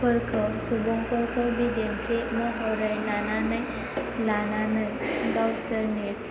फोरखौ सुबुंफोरखौ बिदिन्थि महरै लानानै गावसोरनि